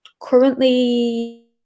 currently